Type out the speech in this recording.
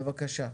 בבקשה.